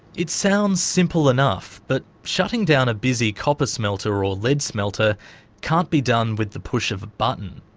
it sounds simple enough, but shutting down a busy copper smelter or lead smelter can't be done with the push of a button.